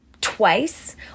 twice